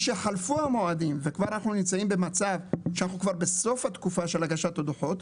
משחלפו המועדים ואנחנו נמצאים במצב שאנחנו בסוף התקופה של הגשת הדוחות,